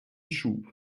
schub